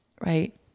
right